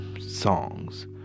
songs